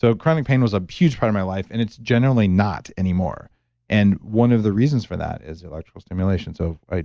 so chronic pain was a huge part of my life and it's generally not anymore and one of the reasons for that is electrical stimulation. so i